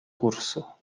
curso